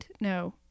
No